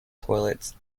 toilets